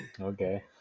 Okay